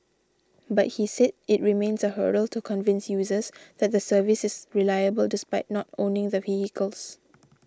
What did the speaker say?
but he said it remains a hurdle to convince users that the service is reliable despite not owning the vehicles